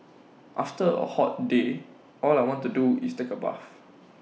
after A hot day all I want to do is take A bath